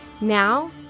Now